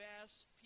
best